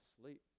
sleep